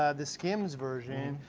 ah the skimz version,